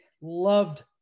loved